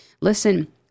Listen